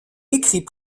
écrit